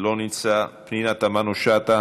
לא נמצא, פנינה תמנו-שטה,